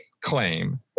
claim